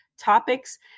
Topics